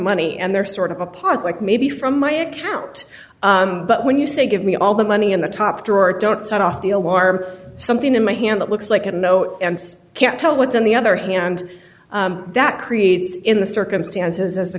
money and they're sort of a part like maybe from my account but when you say give me all the money in the top drawer don't set off the alarm something in my hand that looks like a note and can't tell what's on the other hand that creates in the circumstances as